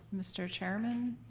mr. chairman,